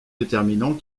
déterminant